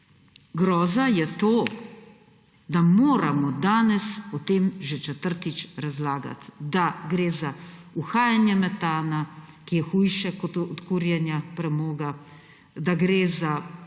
groza je to, da moramo danes o tem že četrtič razlagati, da gre za uhajanje metana, ki je hujše od kurjenja premoga, da gre za